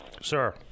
Sir